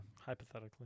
hypothetically